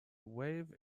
wave